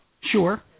Sure